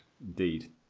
Indeed